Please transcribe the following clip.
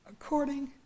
according